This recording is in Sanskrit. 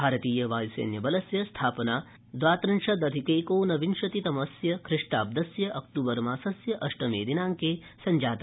भारतीयवायु सैन्यबलस्य स्थापना द्वात्रिंशदधिकैकोनविंशतितमस्य खिष्टाब्दस्य अक्तूबर मासस्य अष्टमे दिनांके संजाता